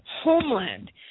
homeland